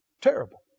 terrible